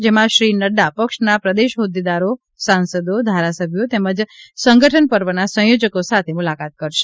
જેમાં શ્રી નઙ્ડા પક્ષના પ્રદેશ હોદ્દેદારો સાંસદો ધારાસભ્યો તેમજ સંગઠન પર્વના સંયોજકો સાથે મુલાકાત કરશે